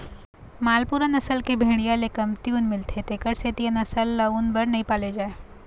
मालपूरा नसल के भेड़िया ले कमती ऊन मिलथे तेखर सेती ए नसल ल ऊन बर नइ पाले जाए